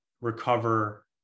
recover